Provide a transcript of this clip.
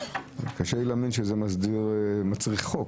קשה לי להאמין שזה מצריך חוק.